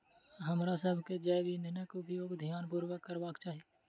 हमरासभ के जैव ईंधनक उपयोग ध्यान पूर्वक करबाक चाही